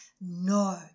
no